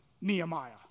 Nehemiah